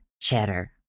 cheddar